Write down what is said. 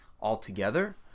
altogether